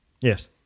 Yes